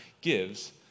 gives